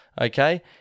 Okay